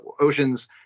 oceans